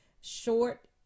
short